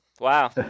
Wow